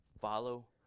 Follow